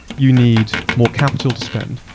you need more capital to spend.